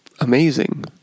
amazing